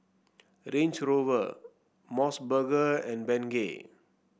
Range Rover MOS burger and Bengay